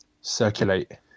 circulate